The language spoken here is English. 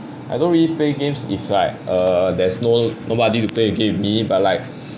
I don't really play games if like err there's no~ nobody to games with me but like